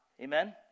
amen